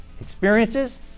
experiences